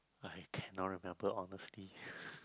I cannot remember honestly